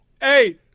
Hey